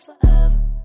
forever